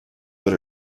that